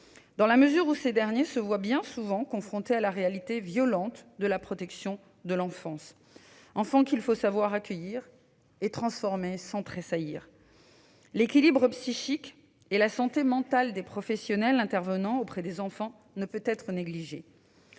bon augure. Ces derniers, en effet, sont bien souvent confrontés à la réalité violente de la protection des enfants, enfants qu'il faut savoir accueillir et transformer sans tressaillir. L'équilibre psychique et la santé mentale des professionnels intervenant auprès des enfants ne peuvent donc être négligés.